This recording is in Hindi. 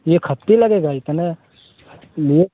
एक हफ़्ता लगेगा इतना लिए